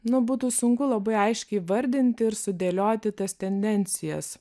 nu būtų sunku labai aiškiai įvardinti ir sudėlioti tas tendencijas